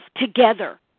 together